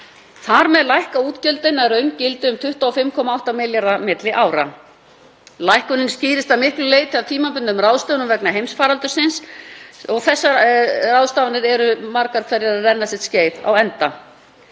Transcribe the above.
Þar með lækka útgjöldin að raungildi um 25,8 milljarða milli ára. Lækkunin skýrist að miklu leyti af tímabundnum ráðstöfunum vegna heimsfaraldursins og þessar ráðstafanir eru margar hverjar að renna sitt skeið á enda.